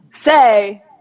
say